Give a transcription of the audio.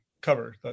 cover